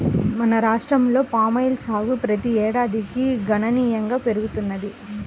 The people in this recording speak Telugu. మన రాష్ట్రంలో పామాయిల్ సాగు ప్రతి ఏడాదికి గణనీయంగా పెరుగుతున్నది